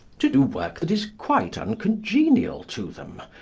to do work that is quite uncongenial to them,